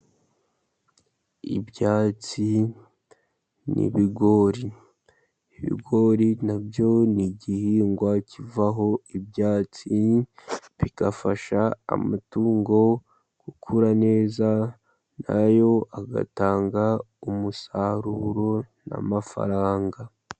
Ibyatsi n'ibigori, ibigori na byo ni igihingwa kivaho ibyatsi, bigafasha amatungo gukura neza. Na yo agatanga umusaruro n'amafaranga.